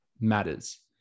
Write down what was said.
matters